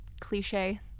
cliche